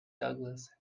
douglas